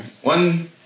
One